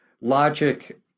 Logic